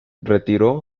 retiró